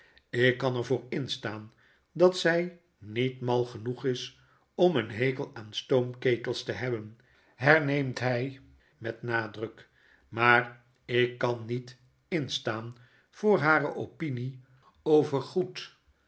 lk kan er voor instaan dat zy niet mal genoeg is om een hekel aan stoomketels te hebben herneemt hy met nadruk maar ikkan niet instaan voor hare opinie over goed